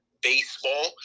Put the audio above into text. baseball